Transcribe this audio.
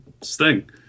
Sting